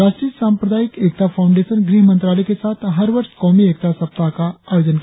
राष्ट्रीय सांप्रदायिक एकता फाउंडेशन गृहमंत्रालय के साथ हर वर्ष कौमी एकता सप्ताह का आयोजन करता है